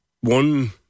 One